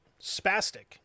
spastic